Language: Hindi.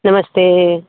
नमस्ते